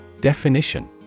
Definition